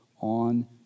on